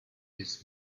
this